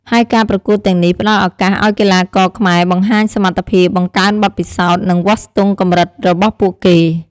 ហើយការប្រកួតទាំងនេះផ្តល់ឱកាសឱ្យកីឡាករខ្មែរបង្ហាញសមត្ថភាព បង្កើនបទពិសោធន៍ និងវាស់ស្ទង់កម្រិតរបស់ពួកគេ។